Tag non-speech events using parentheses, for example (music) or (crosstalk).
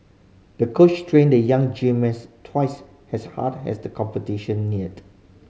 the coach trained the young (unintelligible) twice as hard as the competition neared